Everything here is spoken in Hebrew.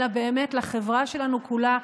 אלא באמת לחברה שלנו כולה,